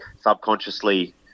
subconsciously